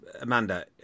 Amanda